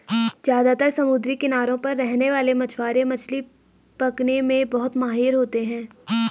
ज्यादातर समुद्री किनारों पर रहने वाले मछवारे मछली पकने में बहुत माहिर होते है